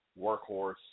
workhorse